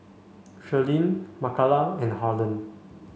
Shirlene Makala and Harlen